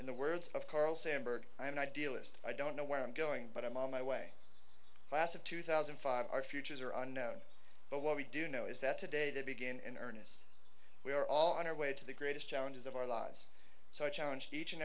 in the words of carl sandburg idealist i don't know where i'm going but i'm on my way class of two thousand and five our futures are unknown but what we do know is that today they begin in earnest we are all on our way to the greatest challenges of our lives so i challenge each and